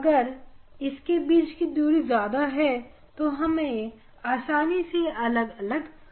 अगर इनके बीच की दूरी बहुत ज्यादा है तो हम इन्हें आसानी से अलग अलग देख पाएंगे